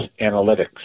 analytics